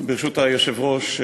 ברשות היושב-ראש,